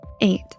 Eight